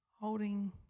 holding